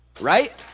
right